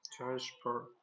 transfer